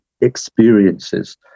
experiences